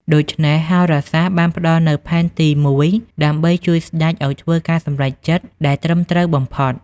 ដូច្នេះ ហោរាសាស្ត្របានផ្តល់នូវផែនទីមួយដើម្បីជួយស្តេចឲ្យធ្វើការសម្រេចចិត្តដែលត្រឹមត្រូវបំផុត។